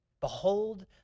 Behold